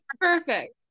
Perfect